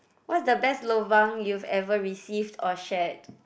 what is the best lobang you've ever received or shared